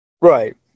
Right